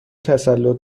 تسلط